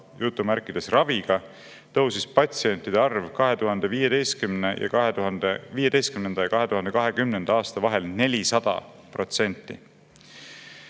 tunnustava "raviga", tõusis patsientide arv 2015. ja 2020. aasta vahel 400%.